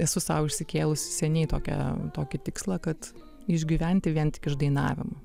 esu sau išsikėlusi seniai tokią tokį tikslą kad išgyventi vien tik iš dainavimo